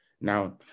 Now